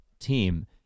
team